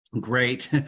great